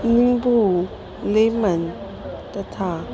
नींबु नीमन् तथा